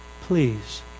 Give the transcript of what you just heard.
please